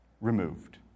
removed